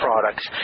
products